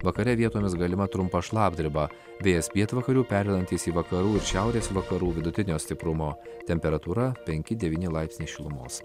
vakare vietomis galima trumpa šlapdriba vėjas pietvakarių pereinantis į vakarų ir šiaurės vakarų vidutinio stiprumo temperatūra penki devyni laipsniai šilumos